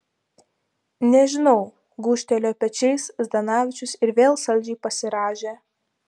nežinau gūžtelėjo pečiais zdanavičius ir vėl saldžiai pasirąžė